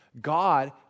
God